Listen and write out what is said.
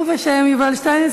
ובשם השר יובל שטייניץ,